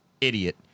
Idiot